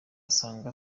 asanga